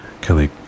Kelly